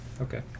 Okay